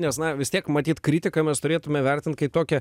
nes na vis tiek matyt kritiką mes turėtumėme vertinti kaip tokią